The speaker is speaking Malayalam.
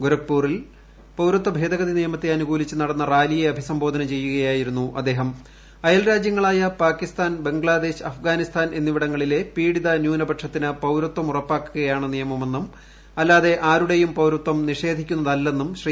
ഗോരഖ്പൂരിൽ പൌരത്വ ഭേദഗ്ലതി നിയമത്തെ അനുകൂലിച്ച് നടന്ന റാലിയെ അഭിസംബോധന അയൽരാജ്യങ്ങളായ പാകിസ്ഥാൻ ബ്രംഗ്ലാദേശ് അഫ്ഗാനിസ്ഥാൻ എന്നിവിടങ്ങളിലെ പീഡിത ന്യൂനപിക്ഷത്തിന് പൌരത്വം ഉറപ്പാക്കുകയാണ് നിയമമെന്നും അല്ലാതെ ആരുഭട്ടേയും പൌരത്വം നിഷേധിക്കുന്നതല്ലെന്നും ശ്രീ